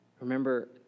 Remember